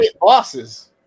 Bosses